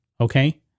okay